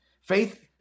Faith